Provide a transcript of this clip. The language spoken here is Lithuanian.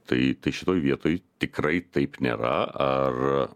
tai šitoj vietoj tikrai taip nėra ar